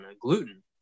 gluten